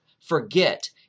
forget